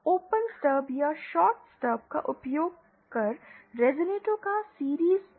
open stubs या short stubs का उपयोग कर रेज़ोनेटर का सीरिज़ कनेक्शन संभव नहीं है